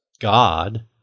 God